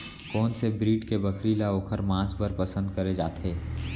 कोन से ब्रीड के बकरी ला ओखर माँस बर पसंद करे जाथे?